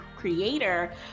creator